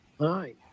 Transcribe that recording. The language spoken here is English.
Hi